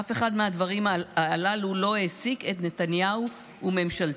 אף אחד מהדברים האלה לא העסיק את נתניהו וממשלתו.